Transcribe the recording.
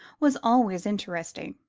was always interesting.